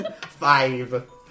five